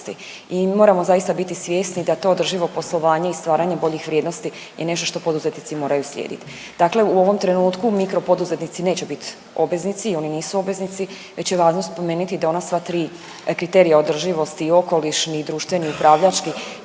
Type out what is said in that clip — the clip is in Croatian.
I moramo zaista biti svjesni da to održivo poslovanje i stvaranje boljih vrijednosti je nešto što poduzetnici moraju slijediti. Dakle, u ovom trenutku mikro poduzetnici neće biti obveznici i oni nisu obveznici već je važno spomenuti da ona sva tri kriterija održivosti, okolišni, društveni i upravljački